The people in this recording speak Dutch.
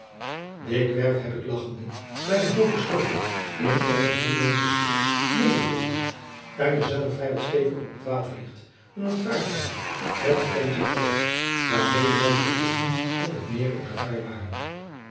dikwerf heb ik lagchende bij een halven storm in eene groenlandsche sloep mede geroeid daar dezelve vrij wat steviger op het water ligt dan het vaartuigje met een tentje er op waarmede wij zoo even op het meer in gevaar waren